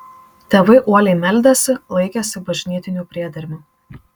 tėvai uoliai meldėsi laikėsi bažnytinių priedermių